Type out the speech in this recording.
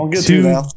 two